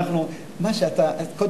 חבר הכנסת אקוניס,